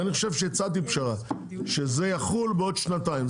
אני חושב שהצעתי פשרה, שזה יחול בעוד שנתיים.